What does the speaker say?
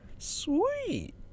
sweet